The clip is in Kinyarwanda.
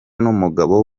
n’umugabo